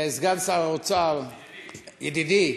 סגן שר האוצר, ידידי,